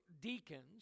deacons